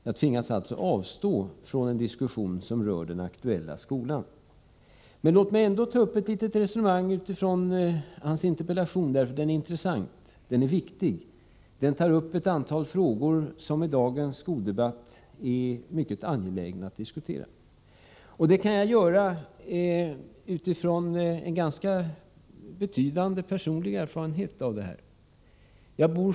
Jag tvingas alltså avstå från en diskussion som rör den aktuella skolan. Låt mig ändå ta upp ett litet resonemang utifrån Jörn Svenssons interpellation. Den är intressant och viktig. Den tar upp ett antal frågor som i dagens skoldebatt är mycket angelägna att diskutera. Detta kan jag göra utifrån en ganska betydande personlig erfarenhet.